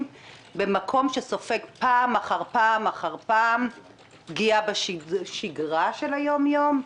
במקום שסופג פעם אחר פעם אחר פעם פגיעה בשגרה של היום יום,